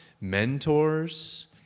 mentors